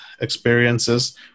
Experiences